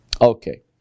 Okay